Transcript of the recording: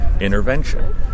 intervention